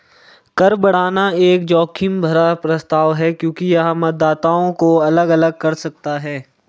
कर बढ़ाना एक जोखिम भरा प्रस्ताव है क्योंकि यह मतदाताओं को अलग अलग कर सकता है